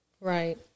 Right